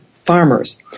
farmers